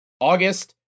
August